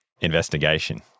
investigation